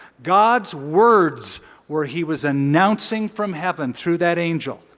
god's words where he was announcing from heaven through that angel,